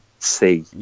See